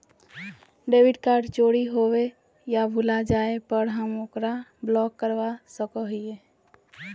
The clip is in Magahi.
डेबिट कार्ड चोरी होवे या भुला जाय पर हम ओकरा ब्लॉक करवा सको हियै